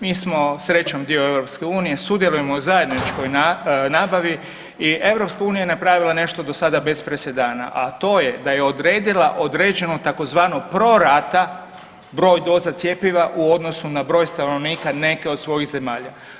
Mi smo srećom dio EU sudjelujemo u zajedničkoj nabavi i EU je napravila nešto do sada bez presedana, a to je da je odredila određenu tzv. prorata broj doza cjepiva u odnosu na broj stanovnika neke od svojih zemalja.